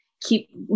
keep